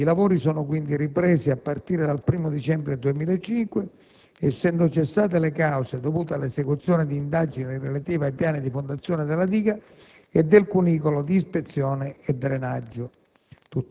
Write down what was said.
I lavori sono quindi ripresi a partire dal 1° dicembre 2005 essendo cessate le cause dovute alla esecuzione di indagini relative ai piani di fondazione della diga e del cunicolo di ispezione e drenaggio.